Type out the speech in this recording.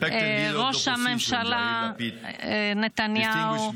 כבוד ראש ממשלת ישראל נתניהו,